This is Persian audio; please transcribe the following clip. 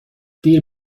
دیر